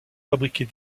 fabriquer